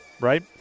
right